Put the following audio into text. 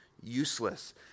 useless